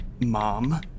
Mom